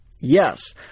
yes